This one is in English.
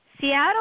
Seattle